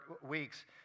weeks